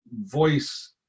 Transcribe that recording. voice